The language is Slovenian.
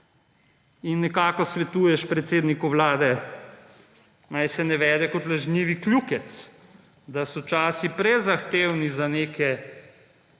in nekako svetuješ predsedniku Vlade naj se ne vede kot lažnivi kljukec, da so časi prezahtevni za neke